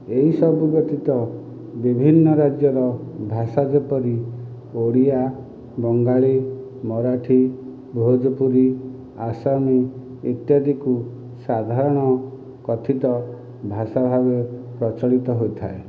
ଏହିସବୁ ବ୍ୟତୀତ ବିଭିନ୍ନ ରାଜ୍ୟର ଭାଷା ଯେପରି ଓଡ଼ିଆ ବଙ୍ଗାଳୀ ମରାଠୀ ଭୋଜପୁରି ଆସାମୀ ଇତ୍ୟାଦିକୁ ସାଧାରଣ କଥିତ ଭାଷା ଭାବରେ ପ୍ରଚଳିତ ହୋଇଥାଏ